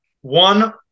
one-